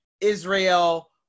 Israel